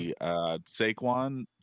Saquon